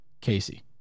Casey